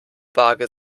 waage